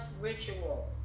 ritual